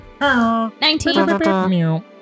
19